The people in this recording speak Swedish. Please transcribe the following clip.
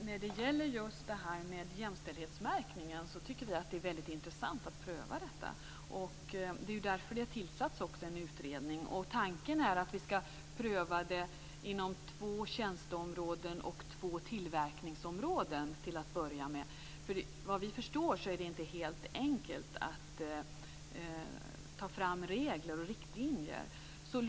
Herr talman! Vi tycker att det är väldigt intressant att pröva en jämställdhetsmärkning. Det är också därför som en utredning har tillsatts. Tanken är den att detta till att börja med skall prövas inom två tjänsteområden och inom två tillverkningsområden. Såvitt vi förstår är det inte så helt enkelt att ta fram regler och riktlinjer för detta.